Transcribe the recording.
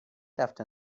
after